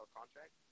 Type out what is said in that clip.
contract